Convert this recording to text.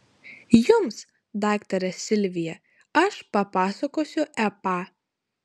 jums daktare silvija aš papasakosiu epą